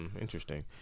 Interesting